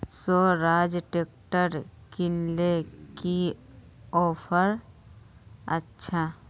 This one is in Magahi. स्वराज ट्रैक्टर किनले की ऑफर अच्छा?